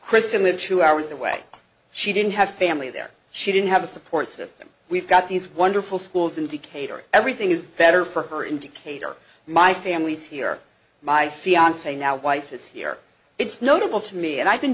kristin with two hours away she didn't have family there she didn't have a support system we've got these wonderful schools in decatur everything is better for her in decatur my family's here my fiance now wife is here it's notable to me and i've been